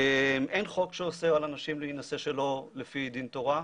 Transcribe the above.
אין חוק שאוסר על אנשים להינשא שלא לפי דין תורה,